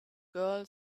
girl